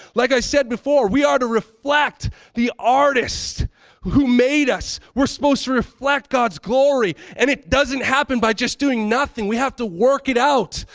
like i said before, we are to reflect the artist who made us. we're supposed to reflect god's glory and it doesn't happen by just doing nothing. we have to work it out.